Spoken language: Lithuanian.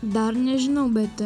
dar nežinau bet